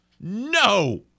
No